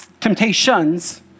temptations